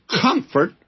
comfort